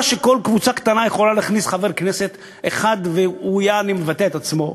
שכל קבוצה קטנה יכולה להכניס חבר כנסת אחד והוא יעני מבטא את עצמו.